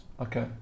Okay